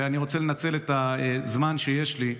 אני רוצה לנצל את הזמן שיש לי: